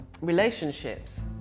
relationships